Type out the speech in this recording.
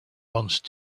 once